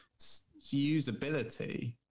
usability